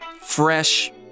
fresh